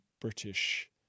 British